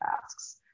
tasks